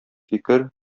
фикер